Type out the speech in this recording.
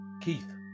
Keith